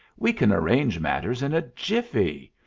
we can arrange matters in a jiffy.